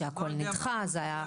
שהכל נדחה וזה היה כתוב.